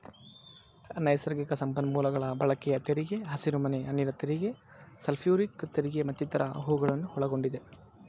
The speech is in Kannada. ನೈಸರ್ಗಿಕ ಸಂಪನ್ಮೂಲಗಳ ಬಳಕೆಯ ತೆರಿಗೆ, ಹಸಿರುಮನೆ ಅನಿಲ ತೆರಿಗೆ, ಸಲ್ಫ್ಯೂರಿಕ್ ತೆರಿಗೆ ಮತ್ತಿತರ ಹೂಗಳನ್ನು ಒಳಗೊಂಡಿದೆ